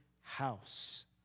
house